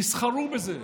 תסחרו בזה.